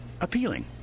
appealing